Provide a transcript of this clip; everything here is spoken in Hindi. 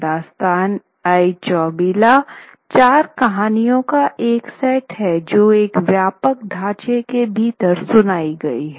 दास्तान आई चौबोली चार कहानियों का एक सेट है जो एक व्यापक ढांचे के भीतर सुनाई गई है